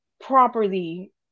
properly